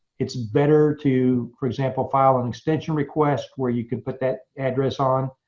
it's better to, for example, file an extension request where you can put that address on,